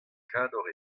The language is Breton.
kador